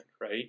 right